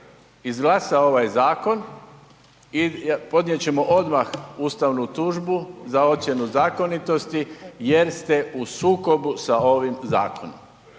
izglasa ovaj zakon i podnijet ćemo odmah ustavnu tužbu za ocjenu zakonitosti jer ste u sukobu sa ovim zakonom.